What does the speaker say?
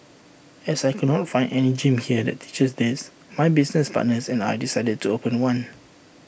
as I could not find any gym here that teaches this my business partners and I decided to open one